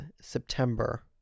September